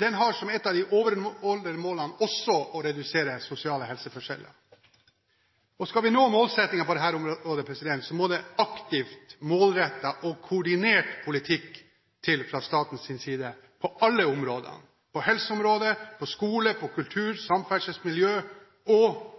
Den har som et av de overordnede mål også å redusere sosiale helseforskjeller. Skal vi nå målsettingen på dette området, må det aktivt, målrettet og koordinert politikk til fra statens side på alle områder – på helseområdet, når det gjelder skole, kultur, samferdsel, miljø og, ikke minst, i skatte- og avgiftspolitikken. Skatte- og